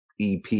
EP